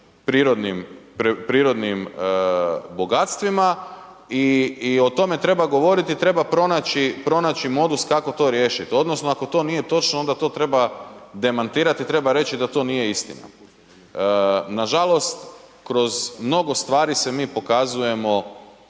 prirodnim bogatstvima i o tome treba govoriti, treba pronaći modus kako to riješit odnosno ako to nije točno onda to treba demantirati, treba reći da to nije istina. Nažalost, kroz mnogo stvari se mi pokazujemo